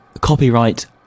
Copyright